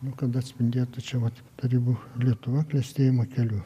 nu kad atspindėtų čia vat tarybų lietuva klestėjimo keliu